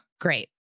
Great